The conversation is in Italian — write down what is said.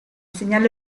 segnale